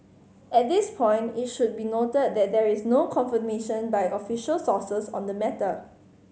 at this point it should be noted that there is no confirmation by official sources on the matter